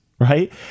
Right